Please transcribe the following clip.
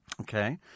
Okay